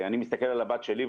אני מסתכל על הבת שלי,